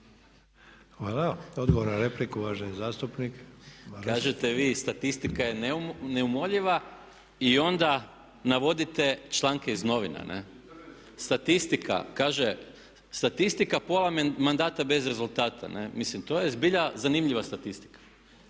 Maras. **Maras, Gordan (SDP)** Kažete vi statistika je neumoljiva i onda navodite članke iz novina, ne'. Statistika kaže: „Statistika pola mandata bez rezultata“. Mislim to je zbilja zanimljiva statistika,